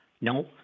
No